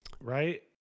right